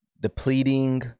depleting